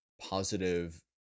positive